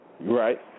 right